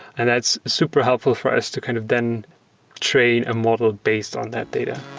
and that's super helpful for us to kind of then train a model based on that data